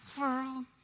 world